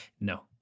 No